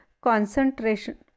concentration